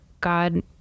God